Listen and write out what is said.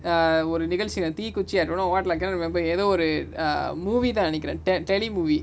err ஒரு நிகழ்சில தீ குச்சி:oru nikalachila thee kuchi I don't know what cannot remember எதோ ஒரு:etho oru err movie தா நெனைகுர:tha nenaikura te~ tele movie